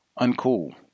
uncool